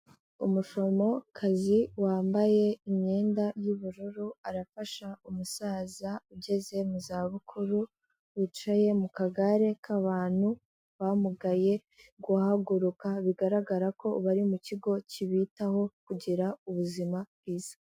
Umuforomokazi wambaye imyenda y'ubururu, arafasha umusaza ugeze mu za bukuru wicaye mu kagare k'abantu bamugaye guhaguruka, bigaragara ko bari mu kigo kibitaho kugira ubuzima bwiza.